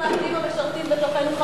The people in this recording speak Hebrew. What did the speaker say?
המעטים המשרתים בתוכנו,